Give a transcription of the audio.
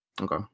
Okay